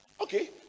Okay